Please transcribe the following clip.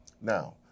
Now